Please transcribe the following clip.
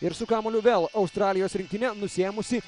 ir su kamuoliu vėl australijos rinktinė nusiėmusi